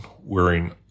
wearing